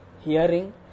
hearing